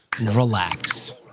relax